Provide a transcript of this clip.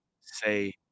Say